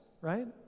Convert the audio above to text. right